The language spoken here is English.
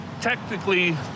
technically